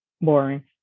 Boring